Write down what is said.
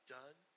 done